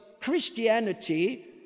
Christianity